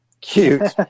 Cute